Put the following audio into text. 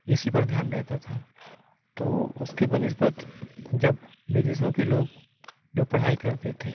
इसी पर ध्यान रहता था तो उसके बनने से बाद जब विदेशों के लोग जो पढ़ाई करते थे